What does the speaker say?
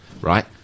Right